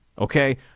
Okay